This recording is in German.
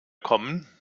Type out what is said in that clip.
kommen